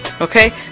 Okay